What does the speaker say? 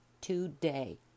today